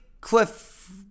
Cliff